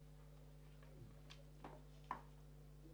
תודה.